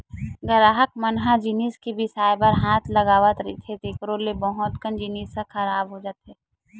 गराहक मन ह जिनिस बिसाए बर हाथ लगावत रहिथे तेखरो ले बहुत कन जिनिस ह खराब हो जाथे